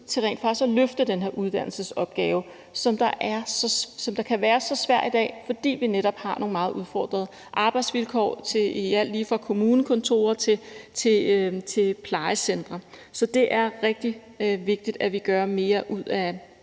til rent faktisk at løfte den her uddannelsesopgave, som kan være så svær i dag, fordi vi netop har nogle meget udfordrede arbejdsvilkår i alt lige fra kommunekontorer til plejecentre. Så det er også rigtig vigtigt, at vi gør mere ud af